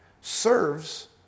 serves